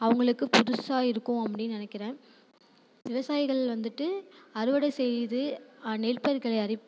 அவங்களுக்கு புதுசாக இருக்கும் அப்படின்னு நினைக்கிறேன் விவசாயிகள் வந்துட்டு அறுவடை செய்து நெற்பயிர்களை அறி